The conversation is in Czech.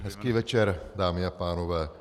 Hezký večer, dámy a pánové.